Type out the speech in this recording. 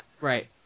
Right